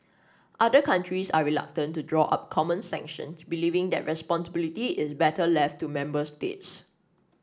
other countries are reluctant to draw up common sanctions believing that responsibility is better left to member states